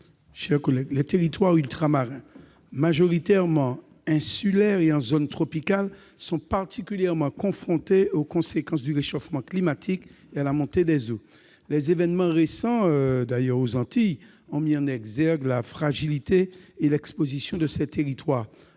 Antiste. Les territoires ultramarins, majoritairement insulaires et situés en zone tropicale, sont particulièrement confrontés aux conséquences du réchauffement climatique et à la montée des eaux. Les événements récents aux Antilles ont mis en exergue la fragilité et l'exposition de ces territoires.